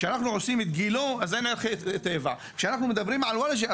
כשאנחנו מדברים על וולאג'ה,